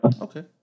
Okay